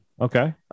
Okay